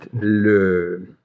Le